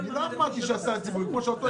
לא אמרתי שהסל הציבורי יממן.